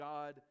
God